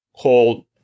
called